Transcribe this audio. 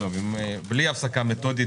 הישיבה נעולה.